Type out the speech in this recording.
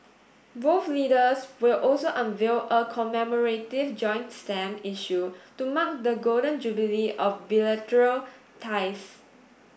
both leaders will also unveil a commemorative joint stamp issue to mark the Golden Jubilee of bilateral ties